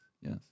yes